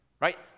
right